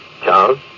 Charles